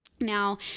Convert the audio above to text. Now